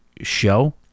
show